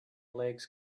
legs